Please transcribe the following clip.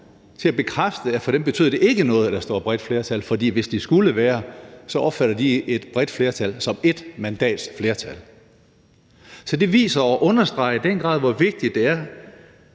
og bekræfte, at for dem betyder det ikke noget, at der står et bredt flertal, for hvis det skulle være, så opfatter de et bredt flertal som et mandats flertal. Så det viser og understreger i den grad, hvor vigtigt det er,